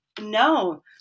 no